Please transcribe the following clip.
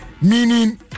meaning